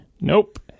nope